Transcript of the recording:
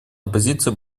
оппозиции